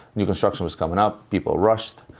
new construction was coming up. people rushed.